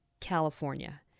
California